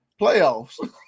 playoffs